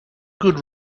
good